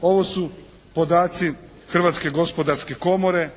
Ovo su podaci Hrvatske gospodarske komore